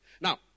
Now